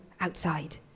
outside